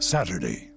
Saturday